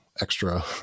extra